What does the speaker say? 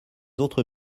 autres